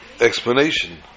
explanation